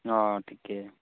অঁ ঠিকেই